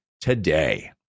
today